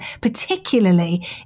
particularly